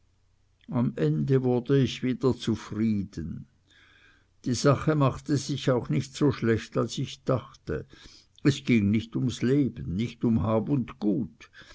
am ende wurde ich wieder zufrieden die sache machte sich auch nicht so schlecht als ich dachte es ging nicht ums leben nicht um hab und gut